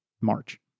March